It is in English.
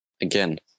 Again